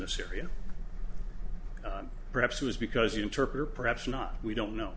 this area perhaps was because you interpret or perhaps not we don't know